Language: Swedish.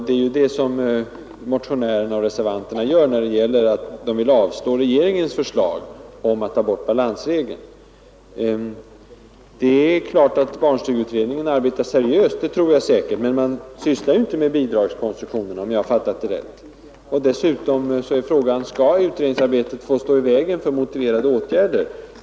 Det är ju det som motionärerna och reservanterna gör när de vill avslå regeringens förslag om att ta bort balansregeln. Det är klart att barnstugeutredningen arbetar seriöst — det tror jag säkert. Men man sysslar ju inte med bidragskonstruktionen, om jag har fattat rätt. Dessutom är frågan: Skall utredningsarbetet få stå i vägen för motiverade åtgärder?